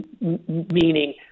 meaning